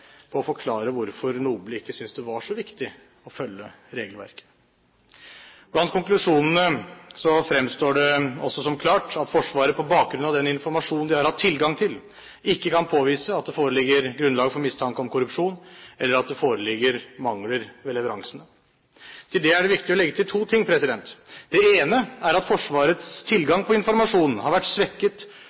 på å forklare hvorfor NOBLE ikke syntes det var så viktig å følge regelverket. Av konklusjonene fremstår det også som klart at Forsvaret – på bakgrunn av den informasjonen de har hatt tilgang til – ikke kan påvise at det foreligger grunnlag for mistanke om korrupsjon eller at det foreligger mangler ved leveransene. Til det er det viktig å legge til to ting. Det ene er at Forsvarets tilgang på informasjon har vært svekket